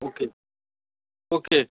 ওকে ওকে